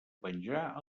penjar